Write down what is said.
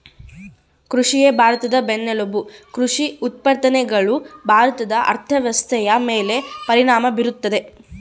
ಕೃಷಿಯೇ ಭಾರತದ ಬೆನ್ನೆಲುಬು ಕೃಷಿ ಉತ್ಪಾದನೆಗಳು ಭಾರತದ ಅರ್ಥವ್ಯವಸ್ಥೆಯ ಮೇಲೆ ಪರಿಣಾಮ ಬೀರ್ತದ